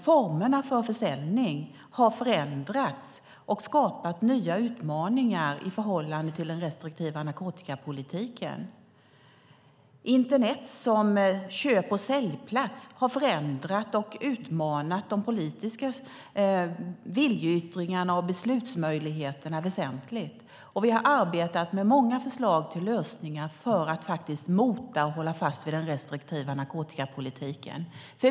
Formerna för försäljning har förändrats och skapat nya utmaningar i förhållande till den restriktiva narkotikapolitiken. Internet som köp och säljplats har förändrat och utmanat de politiska viljeyttringarna och beslutsmöjligheterna väsentligt. Vi har arbetat med många förslag till lösningar för att mota och hålla fast vid den restriktiva narkotikapolitiken.